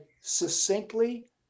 succinctly